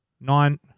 nine